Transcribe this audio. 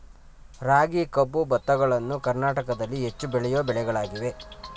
ರಾಗಿ, ಕಬ್ಬು, ಭತ್ತಗಳನ್ನು ಕರ್ನಾಟಕದಲ್ಲಿ ಹೆಚ್ಚು ಬೆಳೆಯೋ ಬೆಳೆಗಳಾಗಿವೆ